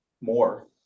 more